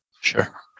sure